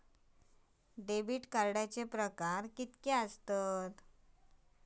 Debit कार्डचे प्रकार कीतके आसत?